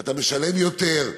אתה משלם יותר,